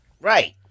Right